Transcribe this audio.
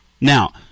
Now